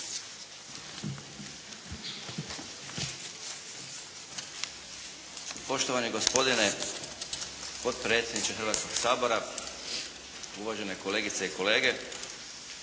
Poštovani gospodine potpredsjedniče Hrvatskoga sabora, uvažene kolegice i kolege.